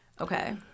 Okay